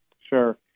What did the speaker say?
sure